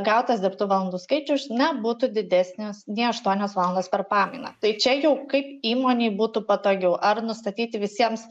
gautas dirbtų valandų skaičius nebūtų didesnis nei aštuonios valandos per pamainą tai čia jau kaip įmonei būtų patogiau ar nustatyti visiems